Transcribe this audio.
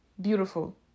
beautiful